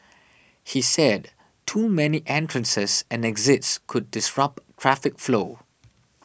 he said too many entrances and exits could disrupt traffic flow